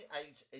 age